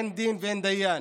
אין דין ואין דיין,